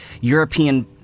european